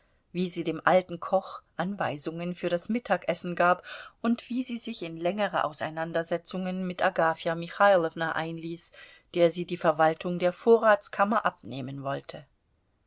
wie sie dem alten koch anweisungen für das mittagessen gab und wie sie sich in längere auseinandersetzungen mit agafja michailowna einließ der sie die verwaltung der vorratskammer abnehmen wollte